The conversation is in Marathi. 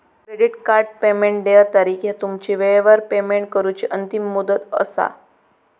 क्रेडिट कार्ड पेमेंट देय तारीख ह्या तुमची वेळेवर पेमेंट करूची अंतिम मुदत असा